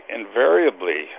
invariably